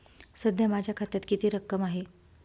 सध्या माझ्या खात्यात किती रक्कम आहे?